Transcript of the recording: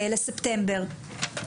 לספטמבר,